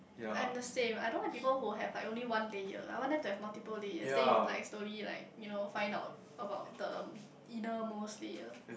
I'm the same I don't like people who have like only one layer I want them to have multiple layers then you like slowly like you know find out about the inner most layer